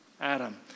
Adam